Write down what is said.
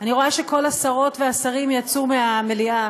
אני רואה שכל השרות והשרים יצאו מהמליאה.